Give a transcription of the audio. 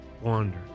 wander